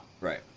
Right